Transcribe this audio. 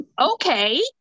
okay